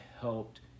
helped